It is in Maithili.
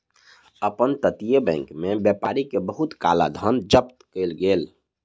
अप तटीय बैंक में व्यापारी के बहुत काला धन जब्त कएल गेल